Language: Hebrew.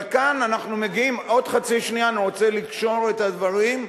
אבל כאן אנחנו מגיעים, ואני רוצה לקשור את הדברים,